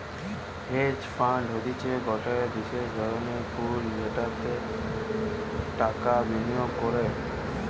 hedge fund হতিছে গটে বিশেষ ধরণের পুল যেটাতে টাকা বিনিয়োগ করে